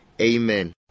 Amen